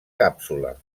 càpsula